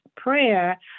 Prayer